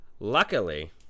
luckily